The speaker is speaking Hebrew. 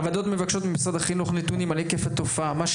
הוועדות מבקשות ממשרד החינוך נתונים על היקף התופעה: מהו